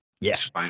Yes